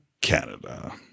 Canada